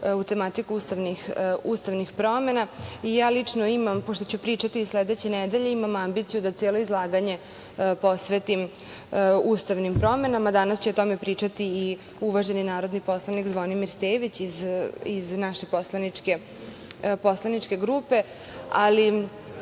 u tematiku ustavnih promena.I ja lično imam, pošto ću pričati sledeće nedelje, ambiciju da celo izlaganje posvetim ustavnim promenama. Danas će o tome pričati i uvaženi narodni poslanik Zvonimir Stević iz naše poslaničke grupe, ali